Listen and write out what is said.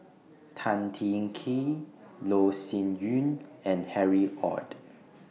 Tan Teng Kee Loh Sin Yun and Harry ORD